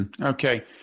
Okay